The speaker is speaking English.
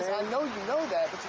i know you know that,